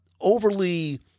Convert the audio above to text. overly